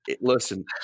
Listen